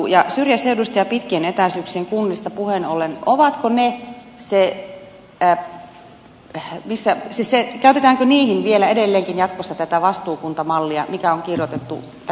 syrjäseuduista ja pitkien etäisyyksien kunnista puheen ollen käytetäänkö niihin vielä edelleenkin jatkossa tätä vastuukuntamallia mikä on kirjoitettu tänne hallitusohjelmaan